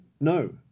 no